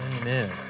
Amen